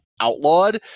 Outlawed